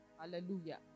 Hallelujah